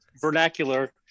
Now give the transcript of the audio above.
vernacular